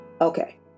Okay